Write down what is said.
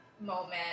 moment